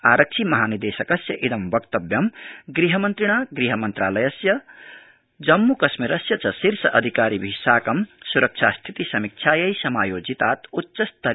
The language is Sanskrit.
आरक्षि महानिदेशकस्य इदं वक्तव्यं गृहमन्त्रिणा गृहमन्त्रालयस्य जम्मूकश्मीरस्य च शीर्ष अधिकारिभि साकं सुरक्षा स्थिति समीक्षायै समायोजितात् उच्चस्तरीयोपवेशनातु परं समागतमस्ति